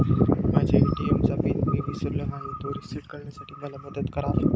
माझ्या ए.टी.एम चा पिन मी विसरलो आहे, तो रिसेट करण्यासाठी मला मदत कराल?